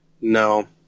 No